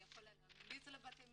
אני יכולה להמליץ לבתי משפט.